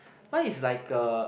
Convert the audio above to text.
mine is like a